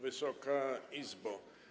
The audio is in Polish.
Wysoka Izbo!